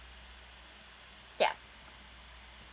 yup